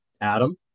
Adam